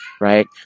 right